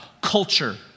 culture